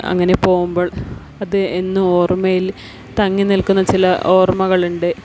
അങ്ങനെ പോകുമ്പോൾ അത് എന്നും ഓർമ്മയിൽ തങ്ങി നിൽക്കുന്ന ചില ഓർമ്മകളുണ്ട്